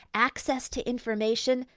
access to information?